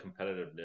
competitiveness